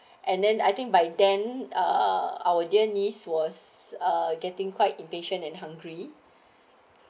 and then I think by then uh our dear niece was uh getting quite impatient and hungry